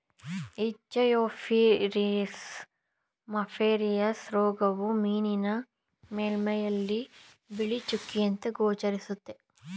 Ichthyophthirius multifiliis ರೋಗವು ಮೀನಿನ ಮೇಲ್ಮೈಯಲ್ಲಿ ಬಿಳಿ ಚುಕ್ಕೆಯಂತೆ ಗೋಚರಿಸುತ್ತೆ